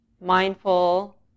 mindful